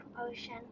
ocean